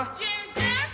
ginger